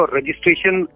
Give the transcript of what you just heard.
Registration